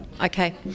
okay